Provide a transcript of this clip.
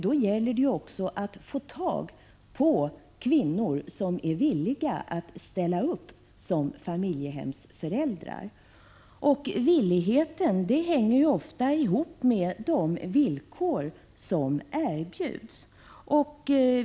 Då gäller det att få tag på kvinnor, som är villiga att ställa upp som familjehemsföräldrar. Den villigheten hänger naturligtvis ofta ihop med de villkor som erbjuds.